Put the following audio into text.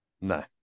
No